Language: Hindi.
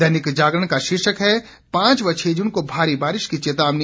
दैनिक जागरण का शीर्षक है पांच व छह जून को भारी बारिश की चेतावनी